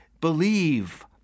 believe